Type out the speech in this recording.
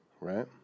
right